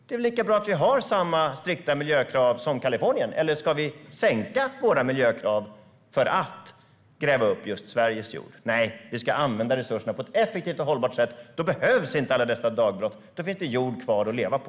Det är väl lika bra att vi har samma strikta miljökrav som Kalifornien. Eller ska vi sänka våra miljökrav för att gräva upp Sveriges jord? Nej, vi ska använda resurserna på ett effektivt och hållbart sätt. Då behövs inte alla dessa dagbrott. Då finns det jord kvar att leva på.